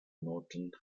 northern